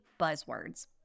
buzzwords